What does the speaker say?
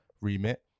remit